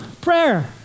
prayer